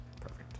Perfect